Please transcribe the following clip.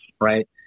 Right